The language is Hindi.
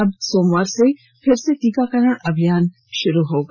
अब सोमवार से फिर से टीकाकरण अभियान शुरू होगा